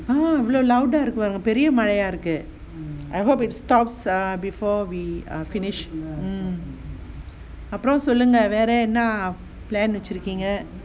அவ்வளோ:avvalo louder இருக்கு பாருங்க ரொம்ப பெரிய மழையா இருக்கு:irukku paarunga romba periya mazhaiyaa irukku I hope it stops err before we are finished mm அப்புறம் சொல்லுங்க என்ன:appuram sollunga enna plan வெச்சுருக்கீங்க:vechurukkeenga